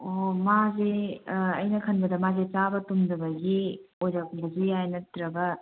ꯑꯣ ꯃꯥꯒꯤ ꯑꯩꯅ ꯈꯟꯕꯗ ꯃꯥꯁꯦ ꯆꯥꯕ ꯇꯨꯝꯗꯕꯒꯤ ꯑꯣꯏꯔꯝꯕꯁꯨ ꯌꯥꯏ ꯅꯠꯇ꯭ꯔꯒ